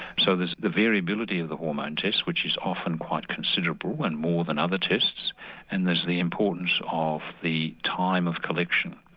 so there's the variability of the hormone test which is often quite considerable and more than other tests and there's the importance of the time of collection.